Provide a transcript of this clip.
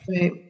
Right